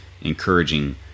encouraging